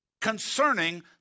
concerning